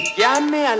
llame